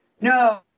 No